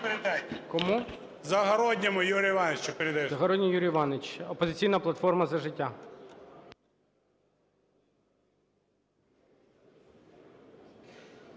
Загородньому Юрію Івановичу